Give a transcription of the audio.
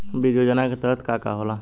बीज योजना के तहत का का होला?